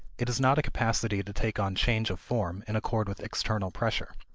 it is not a capacity to take on change of form in accord with external pressure.